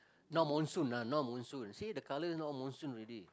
now monsoon ah now monsoon you see the color now monsoon already